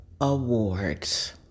awards